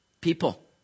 People